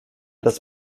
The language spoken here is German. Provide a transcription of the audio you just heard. das